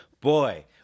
boy